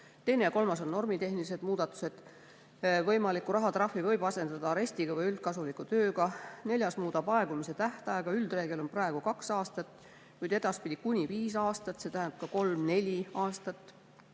Teine ja kolmas on normitehnilised muudatusettepanekud: võimaliku rahatrahvi võib asendada arestiga või üldkasuliku tööga. Neljas ettepanek muudab aegumise tähtaega. Üldreegel on praegu kaks aastat, kuid edaspidi on kuni viis aastat, see tähendab ka kolme või nelja aastat.